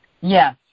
Yes